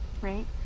right